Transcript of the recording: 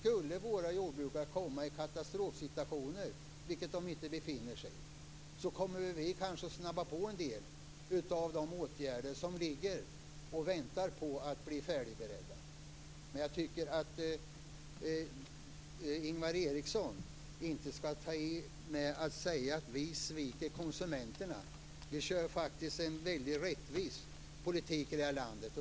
Om våra jordbrukare skulle komma i en katastrofsituation - som de inte befinner sig i nu - kommer vi kanske att snabba på en del av de åtgärder som ligger och väntar på att bli färdigberedda. Jag tycker inte att Ingvar Eriksson skall säga att vi sviker konsumenterna. Vi för faktiskt en väldigt rättvis politik i det här landet.